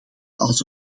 als